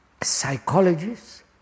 psychologists